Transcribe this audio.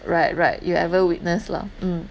right right you ever witnessed lah mm